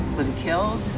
was he killed?